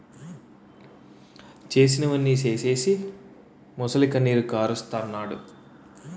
చేసినవన్నీ సేసీసి మొసలికన్నీరు కారస్తన్నాడు